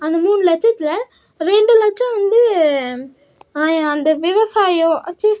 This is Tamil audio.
அந்த மூணு லச்சத்தில் ரெண்டு லட்சம் வந்து அந்த விவசாயம் அச்சி